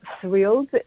thrilled